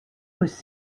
was